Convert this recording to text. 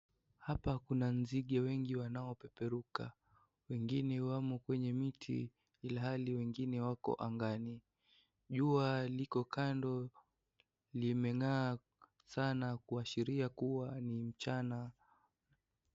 Hapa kuna nzinge wengi wanaopeperuka. wengine wamo kwenye miti ihali wengine wako angani ,jua liko kando limeng'aa sana kuashiria kuwa ni mchana.